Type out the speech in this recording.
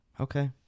okay